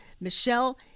Michelle